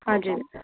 हजुर